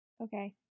Okay